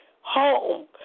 home